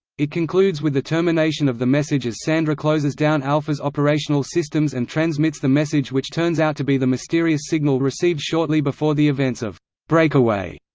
it concludes with the termination of the message as sandra closes down alpha's operational systems and transmits the message which turns out to be the mysterious signal received shortly before the events of breakaway.